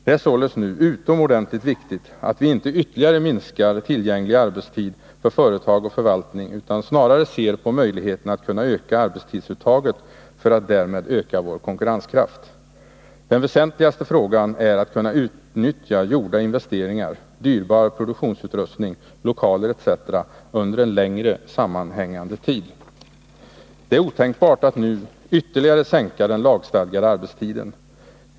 Det är således nu utomordentligt viktigt att vi inte ytterligare minskar tillgänglig arbetstid för företag och förvaltning utan snarare ser på möjligheterna att öka arbetstidsuttaget för att därmed öka vår konkurrenskraft. Den väsentligaste frågan är att kunna utnyttja gjorda investeringar, dyrbar produktionsutrustning, lokaler etc. under en längre sammanhängande tid. Det är otänkbart att nu ytterligare sänka den lagstadgade arbetstiden.